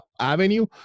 avenue